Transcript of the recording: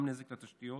שזה גם נזק לתשתיות.